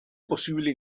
posible